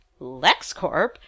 LexCorp